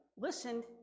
listened